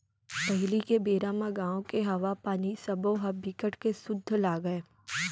पहिली के बेरा म गाँव के हवा, पानी सबो ह बिकट के सुद्ध लागय